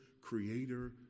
creator